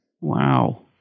Wow